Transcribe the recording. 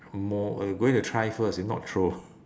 more eh going to try first if not throw